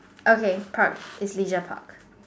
okay park is leisure park